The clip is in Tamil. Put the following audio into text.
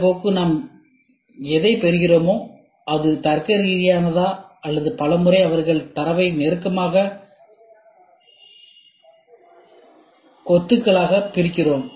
இந்த போக்கு நாம் எதைப் பெறுகிறோமோ அது தர்க்கரீதியானதா அல்லது பல முறை அவர்கள் தரவைக் நெருக்கமான கொத்துகளாக பிரிக்கிறோம்